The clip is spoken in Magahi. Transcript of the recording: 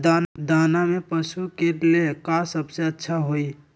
दाना में पशु के ले का सबसे अच्छा होई?